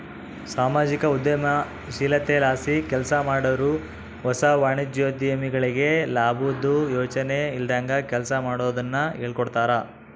ಸಾಮಾಜಿಕ ಉದ್ಯಮಶೀಲತೆಲಾಸಿ ಕೆಲ್ಸಮಾಡಾರು ಹೊಸ ವಾಣಿಜ್ಯೋದ್ಯಮಿಗಳಿಗೆ ಲಾಬುದ್ ಯೋಚನೆ ಇಲ್ದಂಗ ಕೆಲ್ಸ ಮಾಡೋದುನ್ನ ಹೇಳ್ಕೊಡ್ತಾರ